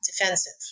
defensive